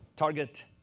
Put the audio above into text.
target